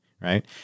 right